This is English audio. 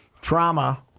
Trauma